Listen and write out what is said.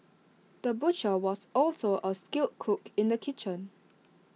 the butcher was also A skilled cook in the kitchen